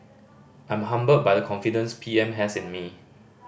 I'm humbled by the confidence P M has in me